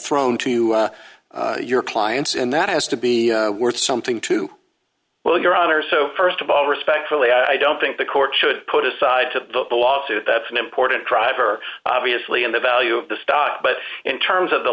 thrown to your clients and that has to be worth something to well your honor so st of all respectfully i don't think the court should put aside to the lawsuit that's an important driver obviously in the value of the stock but in terms of the